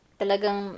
talagang